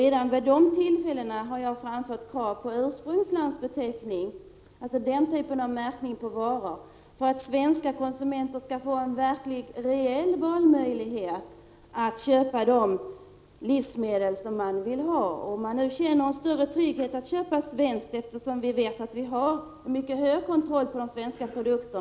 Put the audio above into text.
Redan vid dessa tillfällen har jag framfört krav på ursprungslandsbeteckning, dvs. en typ av märkning av varorna så att svenska konsumenter skall få en reell valmöjlighet att köpa de livsmedel de själva vill ha. Man kanske känner en större trygghet i att köpa svenskt, eftersom vi vet att det är en mycket hög grad av kontroll på svenska produkter.